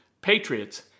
Patriots